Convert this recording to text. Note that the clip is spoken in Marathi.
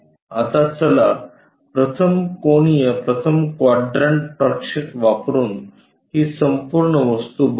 आता चला प्रथम कोनीय प्रथम क्वाड्रंट प्रक्षेप वापरून ही संपूर्ण वस्तू बनवू